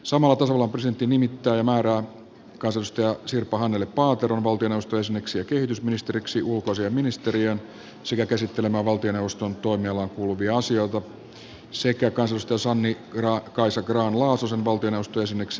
samalla tasavallan presidentti nimittää ja määrää kansanedustaja sirpa hannele paateron valtioneuvoston jäseneksi ja kehitysministeriksi ulkoasiainministeriöön sekä käsittelemään valtioneuvoston kanslian toimialaan kuuluvia asioita sekä kansanedustaja sanni kaisa grahn laasosen valtioneuvoston jäseneksi ja ympäristöministeriksi